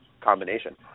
combination